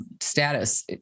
status